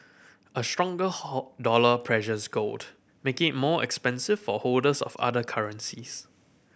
a stronger how dollar pressures gold making it more expensive for holders of other currencies